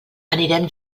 anirem